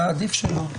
עדיף שלא.